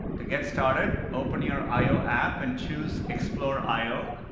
to get started, open your i o app and choose explore i o.